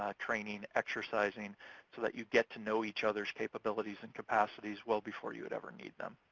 ah training, exercising so that you get to know each other's capabilities and capacities well before you would ever need them.